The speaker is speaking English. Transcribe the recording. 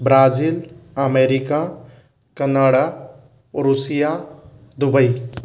Brazil America Canada Russian Dubai